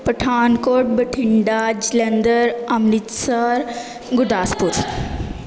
Pathankot Bathinda Jalandhar Amritsar Gurdaspur